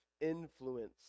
influence